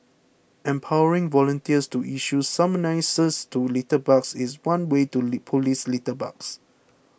empowering volunteers to issue summonses to litterbugs is one way to police litterbugs